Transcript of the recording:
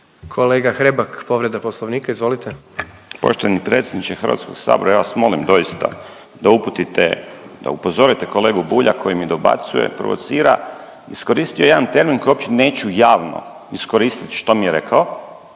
Kolega Hrebak, povreda Poslovnika. Izvolite. **Hrebak, Dario (HSLS)** Poštovani predsjedniče Hrvatskog sabora ja vas molim doista da uputite, da upozorite kolegu Bulja koji mi dobacuje, provocira. Iskoristio je jedan termin koji uopće neću javno iskoristiti što mi je rekao